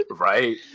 Right